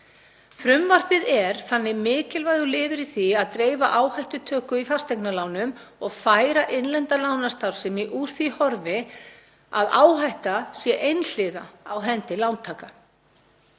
Frumvarpið er þannig mikilvægur liður í því að dreifa áhættutöku í fasteignalánum og færa innlenda lánastarfsemi úr því horfi að áhætta sé einhliða á hendi lántaka.